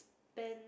pen